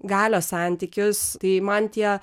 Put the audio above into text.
galios santykius tai man tie